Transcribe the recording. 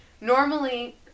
normally